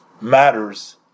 matters